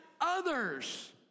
others